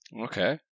Okay